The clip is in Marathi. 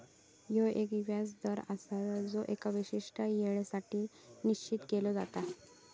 ह्यो एक व्याज दर आसा जो एका विशिष्ट येळेसाठी निश्चित केलो जाता